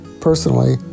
Personally